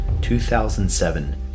2007